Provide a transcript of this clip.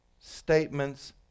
statements